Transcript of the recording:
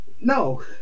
no